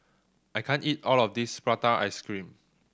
I can't eat all of this prata ice cream